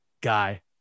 guy